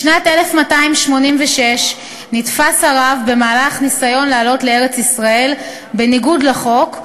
בשנת 1286 נתפס הרב במהלך ניסיון לעלות לארץ-ישראל בניגוד לחוק,